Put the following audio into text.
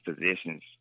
positions